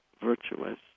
virtuous